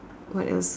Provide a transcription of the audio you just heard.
what else